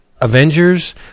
Avengers